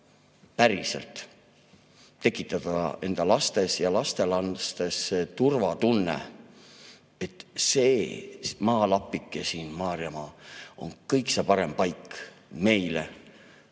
päriselt tekitada enda lastes ja lastelastes turvatunne, et see maalapike siin, Maarjamaa, on kõige parem paik neile,